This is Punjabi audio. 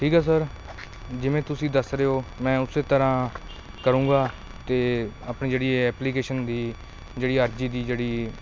ਠੀਕ ਹੈ ਸਰ ਜਿਵੇਂ ਤੁਸੀਂ ਦੱਸ ਰਹੇ ਹੋ ਮੈਂ ਉਸ ਤਰ੍ਹਾਂ ਕਰੂੰਗਾ ਅਤੇ ਆਪਣੀ ਜਿਹੜੀ ਐਪਲੀਕੇਸ਼ਨ ਦੀ ਜਿਹੜੀ ਅਰਜੀ ਦੀ ਜਿਹੜੀ